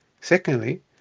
Secondly